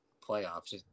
playoffs